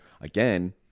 Again